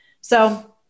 So-